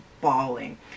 bawling